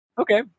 Okay